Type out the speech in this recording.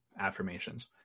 affirmations